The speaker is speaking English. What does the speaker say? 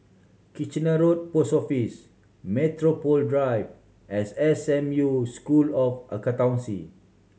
Kitchener Road Post Office Metropole Drive and S M U School of Accountancy